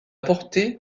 portée